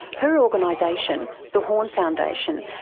her organisation, the hawn foundation,